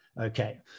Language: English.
okay